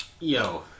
Yo